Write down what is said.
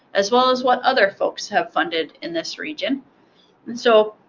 as well as what other folks have funded in this region. and so,